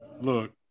Look